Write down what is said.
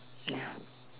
ya